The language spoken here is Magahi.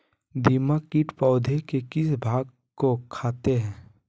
दीमक किट पौधे के किस भाग को खाते हैं?